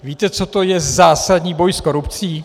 Víte, co to je zásadní boj s korupcí?